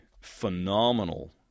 phenomenal